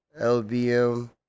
LBM